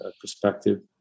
perspective